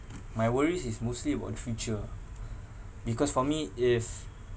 my worries is mostly about future because for me if